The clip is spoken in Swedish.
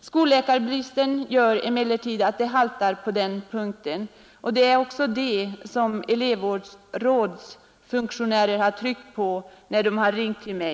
Skolläkarbristen gör emellertid att det haltar på den punkten, och det är också det som elevrådsfunktionärer har tryckt på, när de ringt till mig.